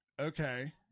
okay